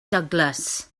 douglas